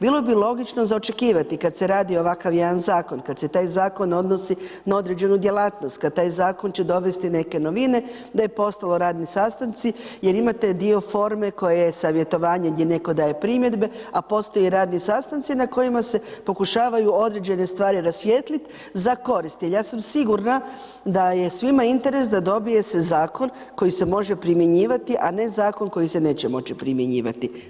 Bilo bi logično za očekivati kad se radi ovakav jedan zakon, kad se taj zakon odnosi na određenu djelatnost, kad taj zakon će dovesti neke novine, da je postojalo radni sastanci jer imate dio forme koje savjetovanje gdje netko daje primjedbe a postoji radni sastanci na kojima se pokušavaju određene stvari rasvijetliti za korist jer ja sam siguran da je svima interes da dobije se zakon koji se može primjenjivati a ne zakon koji se neće moći primjenjivati.